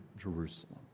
Jerusalem